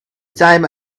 time